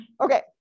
Okay